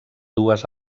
dues